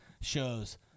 shows